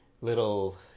little